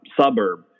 suburb